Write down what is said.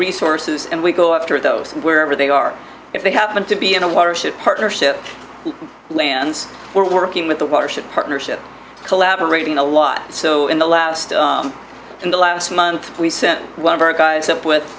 resources and we go after those and wherever they are if they happen to be in a watershed partnership lands we're working with the watershed partnership collaborating a lot so in the labs in the last month we sent one of our guys up with